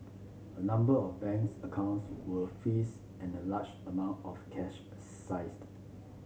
a number of banks accounts were freeze and a large amount of cash a seized